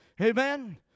amen